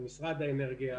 למשרד האנרגיה,